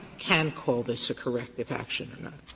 can call this a corrective action or not?